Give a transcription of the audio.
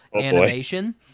animation